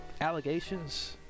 allegations